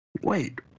wait